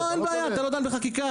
אין בעיה אתה לא דן בחקיקה,